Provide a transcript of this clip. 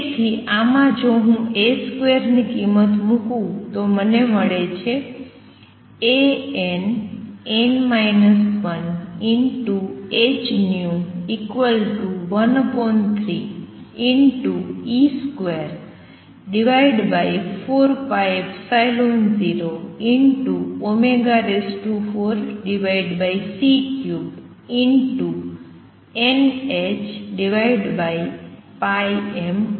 તેથી આમાં જો હું ની કિમત મૂકું તો મળે છે